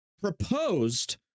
proposed